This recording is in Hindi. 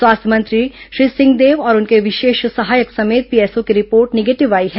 स्वास्थ्य मंत्री श्री सिंहदेव और उनके विशेष सहायक समेत पीएसओ की रिपोर्ट निगेटिव आई है